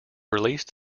released